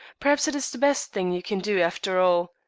perhaps it is the best thing you can do, after all.